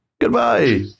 Goodbye